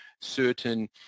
certain